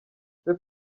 ese